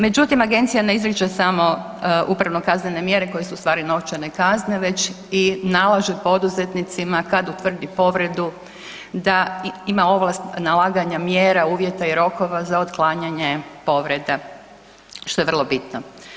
Međutim agencija ne izriče samo upravno-kaznene mjere koje su ustvari novčane kazne već i nalaže poduzetnicima kad utvrdi povredu da ima ovlast nalaganja mjera, uvjeta i rokova za otklanjanje povreda, što je vrlo bitno.